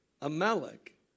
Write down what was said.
Amalek